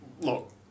look